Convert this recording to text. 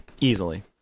easily